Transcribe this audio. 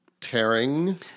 tearing